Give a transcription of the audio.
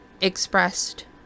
expressed